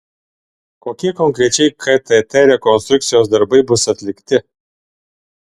kokie konkrečiai ktt rekonstrukcijos darbai bus atlikti